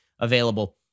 available